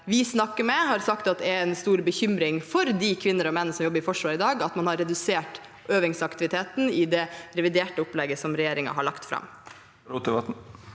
i hvert fall sagt at det er en stor bekymring for de kvinner og menn som jobber i Forsvaret i dag, at man har redusert øvingsaktiviteten i det reviderte opplegget regjeringen har lagt fram.